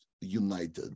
United